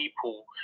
people